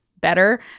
better